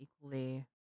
equally